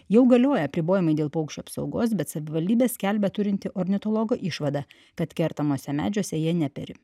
jau galioja apribojimai dėl paukščių apsaugos bet savivaldybė skelbia turinti ornitologo išvadą kad kertamuose medžiuose jie neperi